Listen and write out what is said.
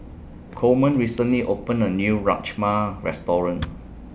Coleman recently opened A New Rajma Restaurant